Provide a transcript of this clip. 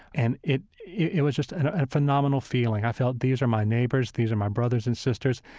and it yeah it was just a phenomenal feeling. i felt these are my neighbors, these are my brothers and sisters.